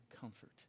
comfort